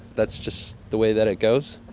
that's just the way that it goes.